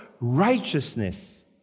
righteousness